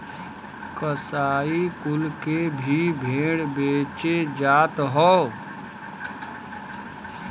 कसाई कुल के भी भेड़ बेचे जात हौ